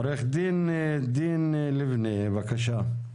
עו"ד דין ליבנה, בבקשה.